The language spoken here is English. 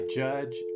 judge